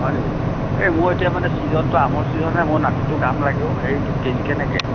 হয় নেকি মোৰ এতিয়া মানে ছিজনটো আমৰ ছিজনহে মোৰ নাতিটোক আম লাগে হেৰি কেজি কেনেকে